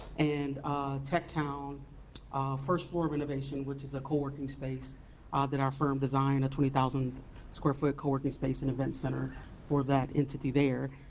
and techtown first floor renovation, which is a co working space ah that our firm designed a twenty thousand square foot co working space and event center for that entity there,